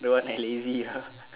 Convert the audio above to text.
don't want lah lazy !huh!